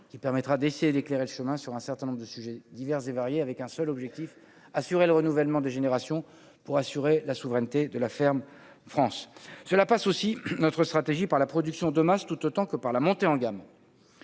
qui permettra d'essayer d'éclairer le chemin sur un certain nombre de sujets divers et variés, avec un seul objectif : assurer le renouvellement des générations. Pour assurer la souveraineté de la ferme France cela passe aussi notre stratégie par la production de masse tout autant que par la montée en gamme